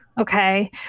okay